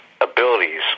abilities